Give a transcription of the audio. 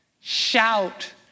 shout